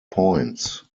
points